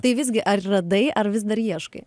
tai visgi ar radai ar vis dar ieškai